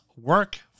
work